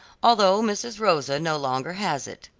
although mrs. rosa no longer has it.